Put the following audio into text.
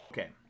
Okay